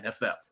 NFL